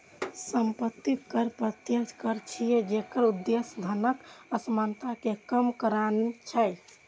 संपत्ति कर प्रत्यक्ष कर छियै, जेकर उद्देश्य धनक असमानता कें कम करनाय छै